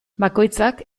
bakoitzak